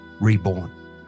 reborn